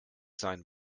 sein